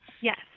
yes